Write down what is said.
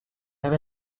have